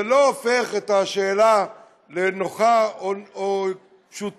זה לא הופך את השאלה לנוחה או לפשוטה,